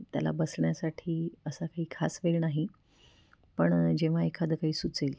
आणि त्याला बसण्यासाठी असा काही खास वेळ नाही पण जेव्हा एखादं काही सुचेल